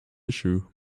issue